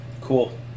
Cool